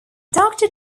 doctor